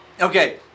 Okay